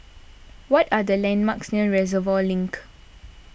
what are the landmarks near Reservoir Link